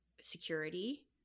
security